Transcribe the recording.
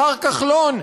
מר כחלון,